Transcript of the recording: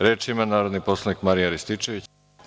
Reč ima narodni poslanik Marijan Rističević.